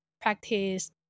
practice